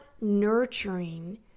nurturing